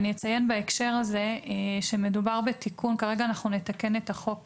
אציין בהקשר הזה שכרגע נתקן את חוק